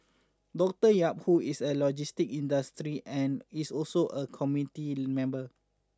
Doctor Yap who is in the logistics industry and is also a committee member